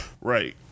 Right